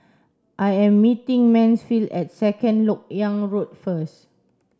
I am meeting Mansfield at Second Lok Yang Road first